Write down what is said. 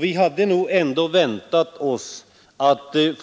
Vi hade nog väntat att den